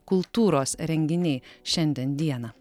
kultūros renginiai šiandien dieną